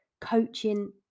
coaching